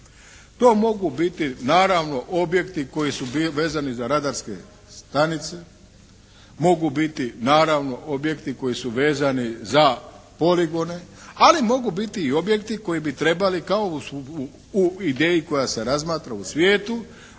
To mogu biti naravno objekti koji su vezani za radarske stanice. Mogu biti naravno objekti koji su vezani za poligone. Ali, mogu biti i objekti koji bi trebali kao u ideji koja se razmatra u svijetu,